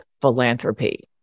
philanthropy